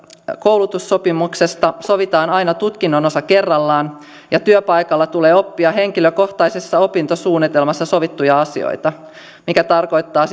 koulutussopimuksesta sovitaan aina tutkinnon osa kerrallaan ja työpaikalla tulee oppia henkilökohtaisessa opintosuunnitelmassa sovittuja asioita mikä tarkoittaa